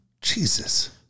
jesus